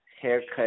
haircut